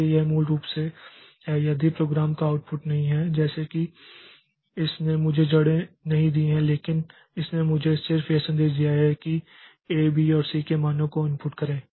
इसलिए यह मूल रूप से है यदि प्रोग्राम का आउटपुट नहीं है जैसे कि इसने मुझे जड़ें नहीं दी हैं लेकिन इसने मुझे सिर्फ यह संदेश दिया है कि a b और c के मानों को इनपुट करें